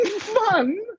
fun